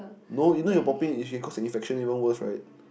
no you know your popping it can cause an infection even worst right